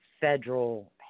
federal